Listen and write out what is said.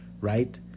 right